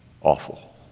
awful